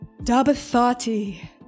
Dabathati